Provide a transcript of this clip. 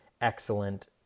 excellent